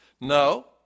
No